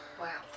Wow